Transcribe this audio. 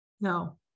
No